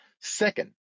Second